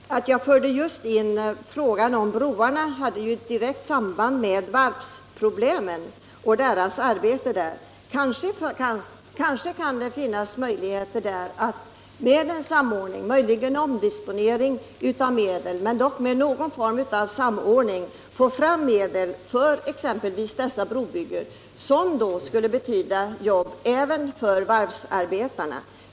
Att jag förde in frågan om broarna har direkt samband med varvsproblemen och arbetssituationen vid varven. Jag menar att det finns kanske möjligheter att med någon form av samordning — möjligen också med omdisponering av medel — skapa ekonomiska förutsättningar för nämnda brobyggen. Det skulle i så fall betyda jobb även för varvsarbetarna.